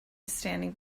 standing